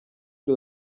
ari